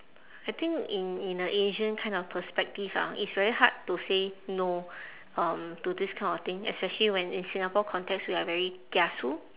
I think in in a asian kind of perspective ah it's very hard to say no um to this kind of thing especially when in singapore context we are very kiasu